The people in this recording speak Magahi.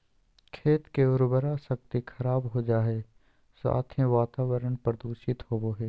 खेत के उर्वरा शक्ति खराब हो जा हइ, साथ ही वातावरण प्रदूषित होबो हइ